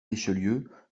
richelieu